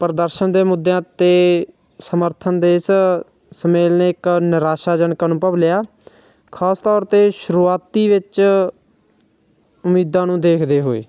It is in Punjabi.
ਪ੍ਰਦਰਸ਼ਨ ਦੇ ਮੁੱਦਿਆਂ ਅਤੇ ਸਮਰਥਨ ਦੇ ਇਸ ਸੁਮੇਲ ਨੇ ਇੱਕ ਨਿਰਾਸ਼ਾਜਨਕ ਅਨੁਭਵ ਲਿਆ ਖ਼ਾਸ ਤੌਰ 'ਤੇ ਸ਼ੁਰੂਆਤ ਵਿੱਚ ਉਮੀਦਾਂ ਨੂੰ ਦੇਖਦੇ ਹੋਏ